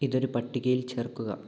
ഇത് ഒരു പട്ടികയിൽ ചേർക്കുക